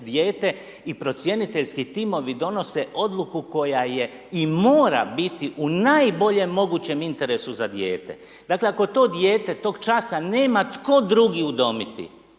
i procjeniteljski timovi donose odluku koja je i mora biti u najboljem mogućem interesu za dijete. Dakle, ako to dijete tog časa nema tko drugi udomiti,